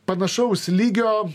panašaus lygio